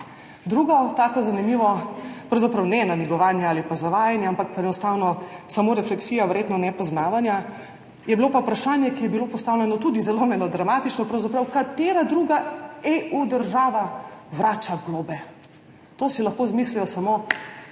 Drugo tako zanimivo, pravzaprav ne namigovanje ali pa zavajanje, ampak enostavno samo refleksija, verjetno nepoznavanja, je bilo pa vprašanje, ki je bilo postavljeno tudi pravzaprav zelo melodramatično, katera druga EU država vrača globe. To si lahko izmislijo samo